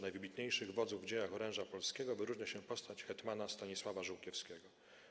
najwybitniejszych wodzów w dziejach oręża polskiego wyróżnia się postać hetmana Stanisława Żółkiewskiego.